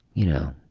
you know.